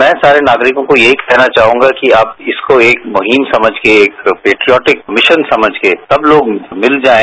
मैं सारे नागरिकों को यहीं कहना चाहुंगा कि आप इसको एक मुहिम समझ के एक पेट्रोटिक मिशन समझ के सब लोग मिल जाएं